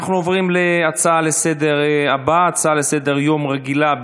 אנחנו עוברים להצעה לסדר-היום הבאה,